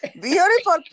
beautiful